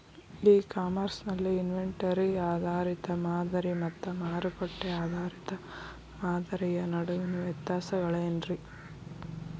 E commerce ನಲ್ಲಿ inventory ಆಧಾರಿತ ಮಾದರಿ ಮತ್ತ ಮಾರುಕಟ್ಟೆ ಆಧಾರಿತ ಮಾದರಿಯ ನಡುವಿನ ವ್ಯತ್ಯಾಸಗಳೇನ ರೇ?